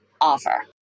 offer